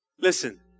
Listen